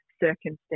circumstance